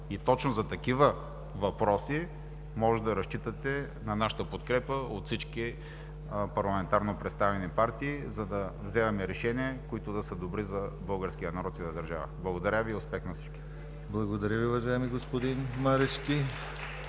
Точно за такива въпроси можете да разчитате на нашата подкрепа от всички парламентарно представени партии, за да вземаме решения, които да са добри за българския народ и за държавата. Благодаря Ви и успех на всички! (Ръкопляскания от Воля).